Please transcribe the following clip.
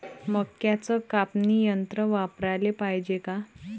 मक्क्याचं कापनी यंत्र वापराले पायजे का?